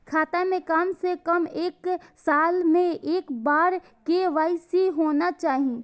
खाता में काम से कम एक साल में एक बार के.वाई.सी होना चाहि?